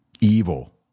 Evil